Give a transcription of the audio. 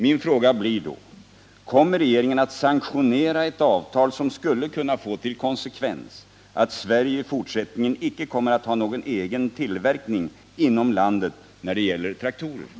Min fråga blir då: Kommer regeringen att sanktionera ett avtal som skulle kunna få till konsekvens att Sverige i fortsättningen icke kommer att ha någon egen tillverkning av traktorer inom landet?